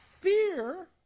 fear